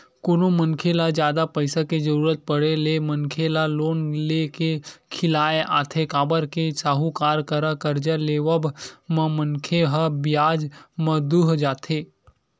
कोनो मनखे ल जादा पइसा के जरुरत पड़े ले मनखे ल लोन ले के खियाल आथे काबर के साहूकार करा करजा लेवब म मनखे ह बियाज म दूहा जथे